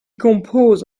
composed